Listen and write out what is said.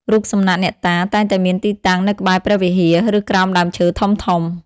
រូបសំណាកអ្នកតា តែងតែមានទីតាំងនៅក្បែរព្រះវិហារ ឬក្រោមដើមឈើធំៗ។